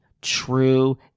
true